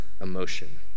emotion